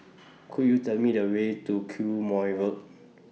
Could YOU Tell Me The Way to Quemoy Road